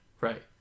Right